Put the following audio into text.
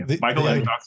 Michael